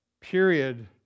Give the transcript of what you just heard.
Period